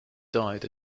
died